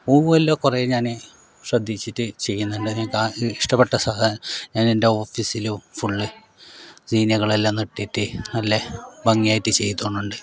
പൂവെല്ലാം കുറേ ഞാൻ ശ്രദ്ധിച്ചിട്ട് ചെയ്യുന്നുണ്ട് ഞങ്ങക്കാർക്കെങ്കിലും ഇഷ്ടപ്പെട്ട സാധനം ഞാൻ എൻ്റെ ഓഫീസിലും ഫുള്ള് സീനിയകളെല്ലാം നട്ടിട്ട് നല്ല ഭംഗിയായിട്ട് ചെയ്തോണ്ടുണ്ട്